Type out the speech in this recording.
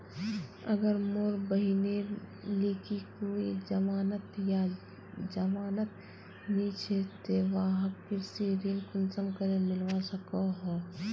अगर मोर बहिनेर लिकी कोई जमानत या जमानत नि छे ते वाहक कृषि ऋण कुंसम करे मिलवा सको हो?